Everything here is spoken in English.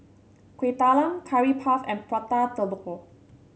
Kueh Talam Curry Puff and Prata Telur